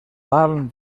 van